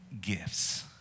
gifts